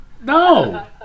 No